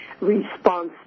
response